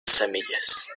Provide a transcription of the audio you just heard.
semillas